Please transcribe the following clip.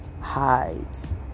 hides